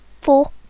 Four